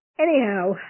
Anyhow